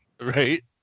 Right